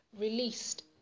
released